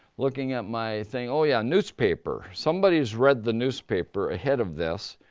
looking at my thing. oh yeah, newspaper. somebody's read the newspaper ahead of this,